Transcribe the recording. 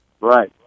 Right